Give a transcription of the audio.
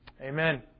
Amen